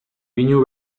pinu